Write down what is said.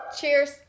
Cheers